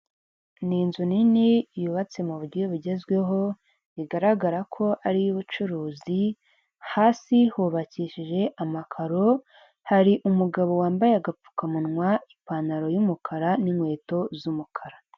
Ni inzu nini yubatse mu buryohe bugezweho igaragara ko ari iy'ubucuruzi hasi hubakishije amakaro, hari umugabo wambaye agapfukamunwa n’ipantaro y'umukara n'inkweto z'umukara.